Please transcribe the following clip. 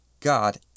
God